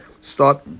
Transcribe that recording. start